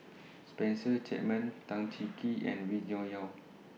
Spencer Chapman Tan Cheng Kee and Wee Cho Yaw